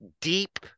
deep